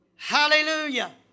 Hallelujah